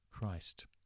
Christ